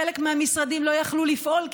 חלק מהמשרדים לא יכלו לפעול,